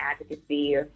advocacy